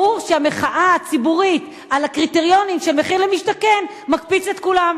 ברור שהמחאה הציבורית על הקריטריונים של מחיר למשתכן מקפיצה את כולם,